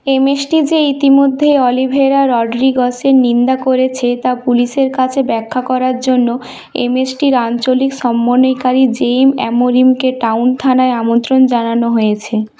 MST যে ইতিমধ্যে Oliveira রডরিগেজের নিন্দা করেছে তা পুলিশের কাছে ব্যাখ্যা করার জন্য এমএসটির আঞ্চলিক সমন্বয়কারী জেইম অ্যামোরিমকে টাউন থানায় আমন্ত্রণ জানানো হয়েছে